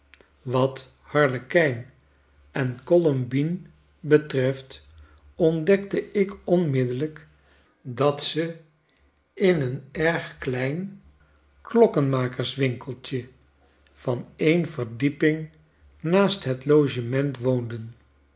wat harlekijn en colombine betreft ontdekte ik onmiddellyk dat ze in een erg klein klokkenmakerswinkeltje van een verdieping naast het logement woonden